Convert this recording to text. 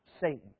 Satan